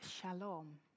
shalom